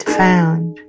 found